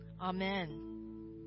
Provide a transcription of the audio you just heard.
Amen